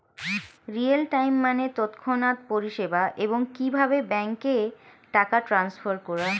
real time মানে তৎক্ষণাৎ পরিষেবা, এবং কিভাবে ব্যাংকে টাকা ট্রান্সফার করা